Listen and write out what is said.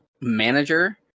manager